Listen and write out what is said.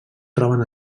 troben